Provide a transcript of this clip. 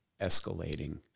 escalating